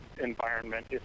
environment